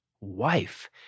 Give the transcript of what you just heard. wife